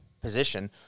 position